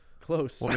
close